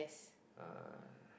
uh